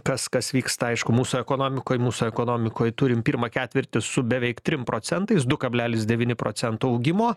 kas kas vyksta aišku mūsų ekonomikoj mūsų ekonomikoj turim pirmą ketvirtį su beveik trim procentais du kablelis devyni procento augimo